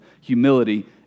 humility